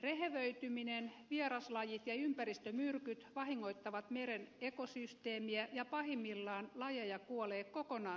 rehevöityminen vieraslajit ja ympäristömyrkyt vahingoittavat meren ekosysteemiä ja pahimmillaan lajeja kuolee kokonaan sukupuuttoon